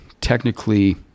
technically